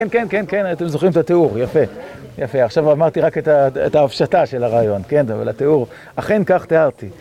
כן, כן, כן, כן, אתם זוכרים את התיאור, יפה, יפה. עכשיו אמרתי רק את ההפשטה של הרעיון, כן, אבל התיאור, אכן כך תיארתי.